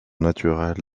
naturelle